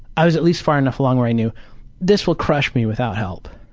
i was at least far enough along where i knew this will crush me without help,